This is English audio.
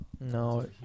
No